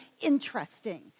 interesting